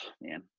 man